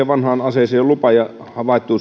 vanhaan aseeseen jo lupa ja on havaittu